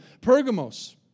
Pergamos